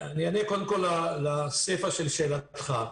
קודם כול, אענה לסיפא של שאלתך.